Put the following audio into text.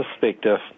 perspective